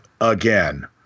again